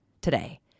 today